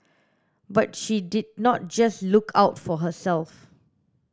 but she did not just look out for herself